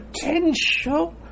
potential